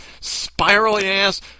spirally-ass